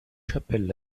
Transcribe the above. chapelles